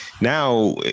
now